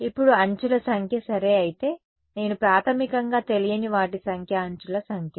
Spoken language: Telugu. ఇప్పుడు అంచుల సంఖ్య సరే అయితే నేను ప్రాథమికంగా తెలియని వాటి సంఖ్య అంచుల సంఖ్య